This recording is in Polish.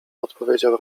odpowiedział